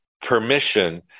permission